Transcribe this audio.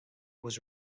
was